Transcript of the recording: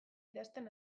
idazten